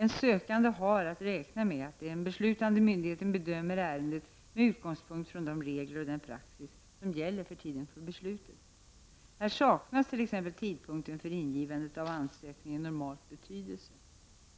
En sökande har att räkna med att den beslutande myndigheten bedömer ärendet med utgångspunkt från de regler och den praxis som gäller vid tiden för beslutet. Här saknar t.ex. tidpunkten för ingivandet av ansökningen normalt betydelse.